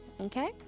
okay